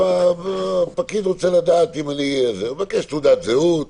והפקיד רוצה לדעת, הוא מבקש תעודת זהות,